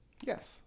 Yes